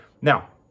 Now